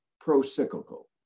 pro-cyclical